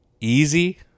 easy